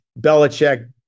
Belichick